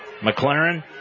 McLaren